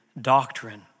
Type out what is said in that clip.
doctrine